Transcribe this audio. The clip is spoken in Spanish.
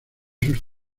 sus